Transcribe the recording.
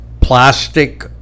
plastic